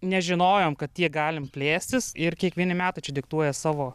nežinojom kad tiek galim plėstis ir kiekvieni metai čia diktuoja savo